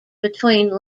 between